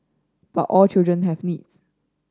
but all children have needs